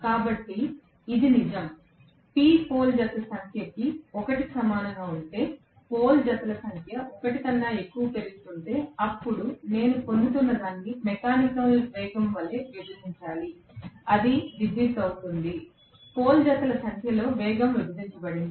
కాబట్టి ఇది నిజం P పోల్ జతల సంఖ్య 1 కి సమానంగా ఉంటేపోల్ జతల సంఖ్య 1 కన్నా ఎక్కువ పెరుగుతుంటే అప్పుడు నేను పొందుతున్న దాన్ని మెకానికల్ వేగం వలె విభజించాలి అది విద్యుత్ అవుతుంది పోల్ జతల సంఖ్యతో వేగం విభజించబడింది